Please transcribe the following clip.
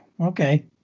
Okay